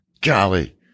Golly